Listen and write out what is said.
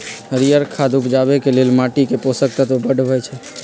हरियर खाद उपजाके लेल माटीके पोषक तत्व बढ़बइ छइ